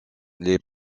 les